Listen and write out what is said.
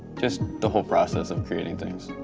just the whole process of creating things.